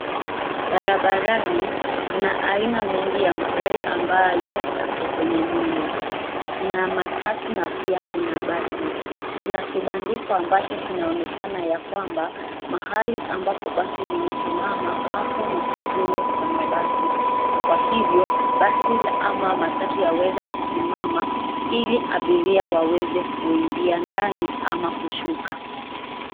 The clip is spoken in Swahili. Barabarani mna aina mingi ya magari ambayo yako kwenye mwendo. Kuna matatu na pia kuna basi. Kuna kibandiko ambacho kinaonyeshana ya kwamba, mahali ambapo basi limesimama, hapo ni kituo cha mabasi na kwa hivyo basi ama matatu yaweza kusimama ili abiria waweze kuingia ndani ama kushuka.